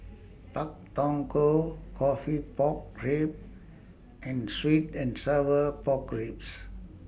Pak Thong Ko Coffee Pork Ribs and Sweet and Sour Pork Ribs